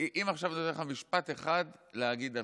אם ניתן לך עכשיו להגיד משפט אחד על חינוך,